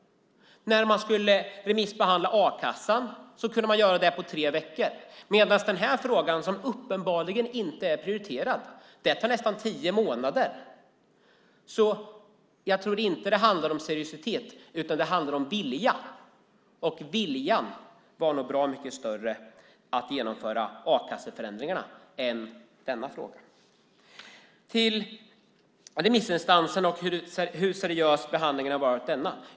När man skulle remissbehandla a-kassan kunde man göra det på tre veckor, medan den här frågan, som uppenbarligen inte är prioriterad, tog nästan tio månader. Jag tror inte att det handlar om seriositet utan om vilja. Viljan var nog bra mycket större att genomföra a-kasseförändringarna än i denna fråga. Jag övergår till remissinstanserna och hur seriös behandlingen har varit av dem.